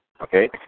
okay